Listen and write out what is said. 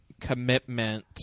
commitment